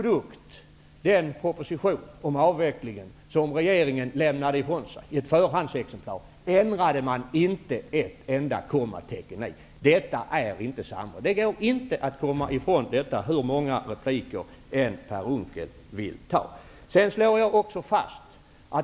Den proposition om avvecklingen som regeringen lämnade ifrån sig i förhandsexemplar ändrade man inte ett enda kommatecken i. Detta är inte samråd. Det går inte att komma ifrån det hur många repliker än Per Unckel vill ta.